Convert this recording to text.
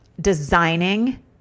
designing